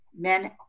men